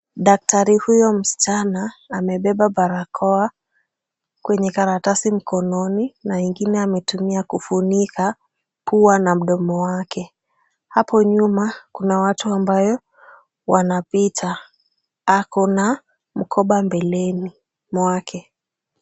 Daktari huyo msichana amebeba barakoa kwenye karatasi mkononi na ingine ametumia kufunika pua na mdomo wake. Hapo nyuma kuna watu ambayo wanapita, ako na mkoba mbeleni mwake.